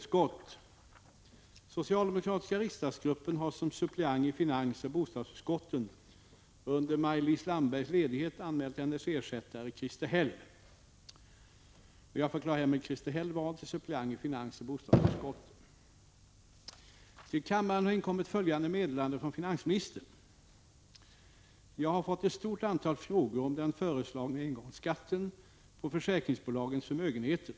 Socialdemokratiska riksdagsgruppen har som suppleant i finansoch bostadsutskotten under Maj-Lis Landbergs ledighet anmält hennes ersättare Christer Häll. Jag har fått ett stort antal frågor om den föreslagna engångsskatten på försäkringsbolagens förmögenheter.